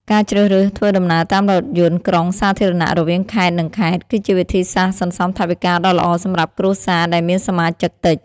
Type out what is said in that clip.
ការជ្រើសរើសធ្វើដំណើរតាមរថយន្តក្រុងសាធារណៈរវាងខេត្ត និងខេត្ត គឺជាវិធីសាស្ត្រសន្សំថវិកាដ៏ល្អសម្រាប់គ្រួសារដែលមានសមាជិកតិច។